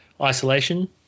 isolation